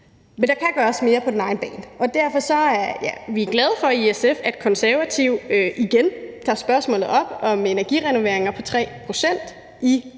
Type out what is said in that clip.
Men der kan gøres mere på den lange bane. Vi er glade for i SF, at Konservative igen tager spørgsmålet op om energirenoveringer på 3 pct.